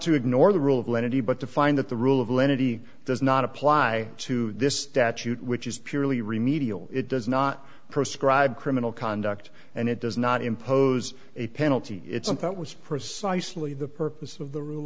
to ignore the rule of lenity but to find that the rule of lenity does not apply to this statute which is purely remedial it does not prescribe criminal conduct and it does not impose a penalty it's some thought was precisely the purpose of the rule